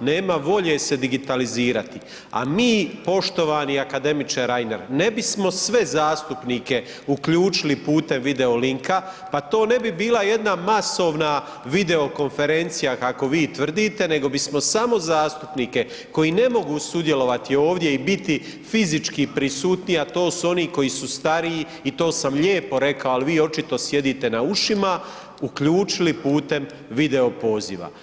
nema volje se digitalizirati, a mi poštovani akademiče Reiner, ne bismo sve zastupnike uključili putem video-linka, pa to ne bi bila jedna masovna video-konferencija, kako vi tvrdite, nego bismo samo zastupnike koji ne mogu sudjelovati ovdje i biti fizički prisutni, a to su oni koji su stariji i to sam lijepo rekao, ali vi očito sjedite na ušima, uključili putem video-poziva.